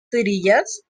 cerillas